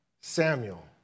Samuel